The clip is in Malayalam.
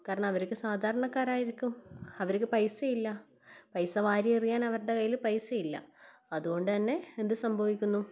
കാരണം അവർക്ക് സാധാരണക്കാരായിരിക്കും അവർക്ക് പൈസ ഇല്ല പൈസ വാരി എറിയാൻ അവരുടെ കയ്യിൽ അവരുടെ കയ്യിൽ പൈസ ഇല്ല അതുകൊണ്ട് തന്നെ എന്ത് സംഭവിക്കുന്നു